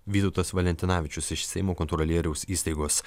vytautas valentinavičius iš seimo kontrolieriaus įstaigos